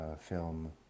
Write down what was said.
film